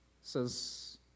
says